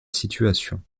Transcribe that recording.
situation